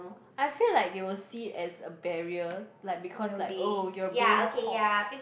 I feel like they will see as a barrier like because like oh you're being posh